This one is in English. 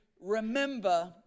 remember